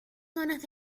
zonas